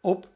op